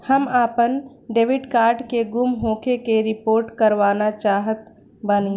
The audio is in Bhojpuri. हम आपन डेबिट कार्ड के गुम होखे के रिपोर्ट करवाना चाहत बानी